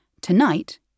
Tonight